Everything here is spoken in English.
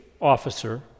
officer